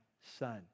Son